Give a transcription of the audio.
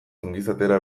ongizatera